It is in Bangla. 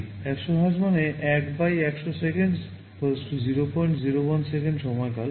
100 হার্জ মানে 1100 সেকেন্ড 001 সেকেন্ড সময়কাল হবে